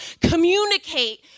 communicate